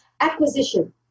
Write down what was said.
acquisition